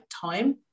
time